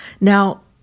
Now